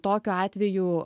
tokiu atveju